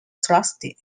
trustee